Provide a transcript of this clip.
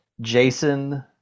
Jason